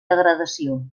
degradació